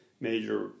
major